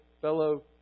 fellow